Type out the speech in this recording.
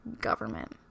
government